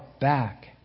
back